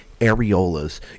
areolas